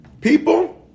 people